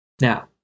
Now